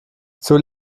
zur